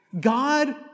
God